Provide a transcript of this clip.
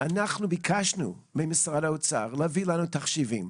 אנחנו ביקשנו ממשרד האוצר להביא לנו תחשיבים.